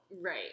Right